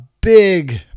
big